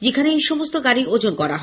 যেখানে এই সমস্ত গাড়ি ওজন করা হয়